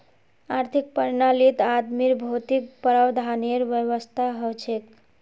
आर्थिक प्रणालीत आदमीर भौतिक प्रावधानेर व्यवस्था हछेक